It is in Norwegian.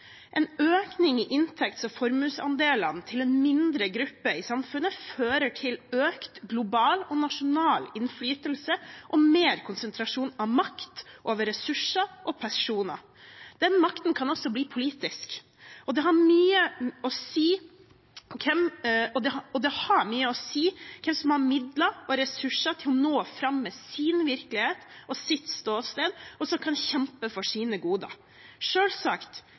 En økning i inntekts- og formuesandelene til en mindre gruppe i samfunnet fører til økt global og nasjonal innflytelse og større konsentrasjon av makt over ressurser og personer. Den makten kan også bli politisk, og det har mye å si hvem som har midler og ressurser til å nå fram med sin virkelighet og sitt ståsted og kjempe for sine goder.